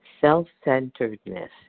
Self-centeredness